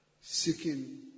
seeking